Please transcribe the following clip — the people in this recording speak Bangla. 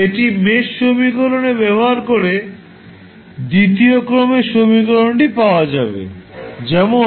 এটি মেশ সমীকরণে ব্যবহার করে দ্বিতীয় ক্রমের সমীকরণটি পাওয়া যাবে যেমন